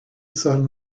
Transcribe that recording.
son